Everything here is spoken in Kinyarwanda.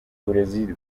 uburezi